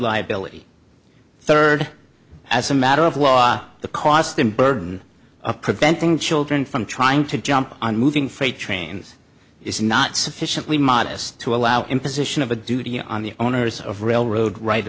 liability third as a matter of wa the cost in burden of preventing children from trying to jump on moving freight trains is not sufficiently modest to allow imposition of a duty on the owners of railroad right